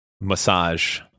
massage